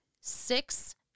six